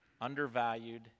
undervalued